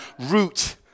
root